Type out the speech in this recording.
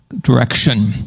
direction